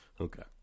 Okay